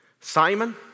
Simon